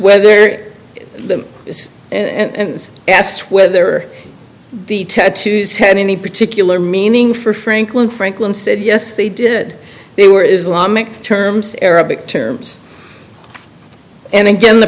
whether them and asked whether the tattoos had any particular meaning for franklin franklin said yes they did they were islamic terms arabic terms and again the